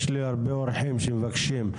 יש לי הרבה אורחים שמבקשים.